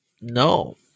No